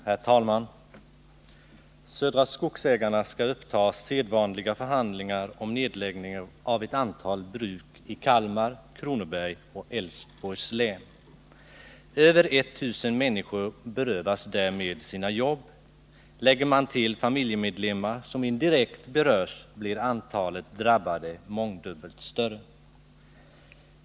Herr talman! Södra Skogsägarna skall uppta sedvanliga förhandlingar om nedläggning av ett antal bruk i Kalmar, Kronobergs och Älvsborgs län. Över 1000 människor berövas därmed sina jobb. Lägger man till detta de familjemedlemmar som berörs indirekt blir antalet drabbade mångdubbelt större.